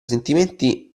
sentimenti